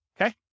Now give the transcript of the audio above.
okay